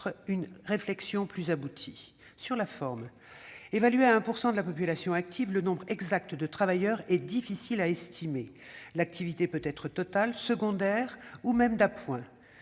une réflexion plus aboutie. Sur la forme, évalué à 1 % de la population active, le nombre exact de travailleurs est difficile à estimer : l'activité peut être totale, secondaire ou même d'appoint.